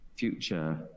future